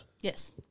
Yes